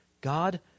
God